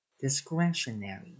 Discretionary